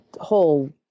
whole